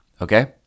okay